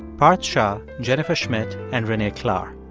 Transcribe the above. parth shah, jennifer schmidt and renee klahr.